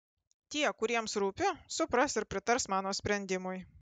tie kuriems rūpiu supras ir pritars mano sprendimui